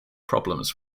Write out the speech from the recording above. problems